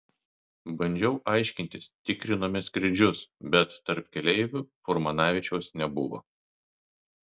bandžiau aiškintis tikrinome skrydžius bet tarp keleivių furmanavičiaus nebuvo